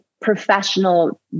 professional